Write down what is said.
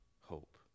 hope